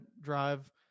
drive